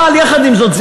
אבל יחד עם זאת,